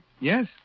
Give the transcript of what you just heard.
Yes